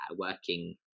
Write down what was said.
working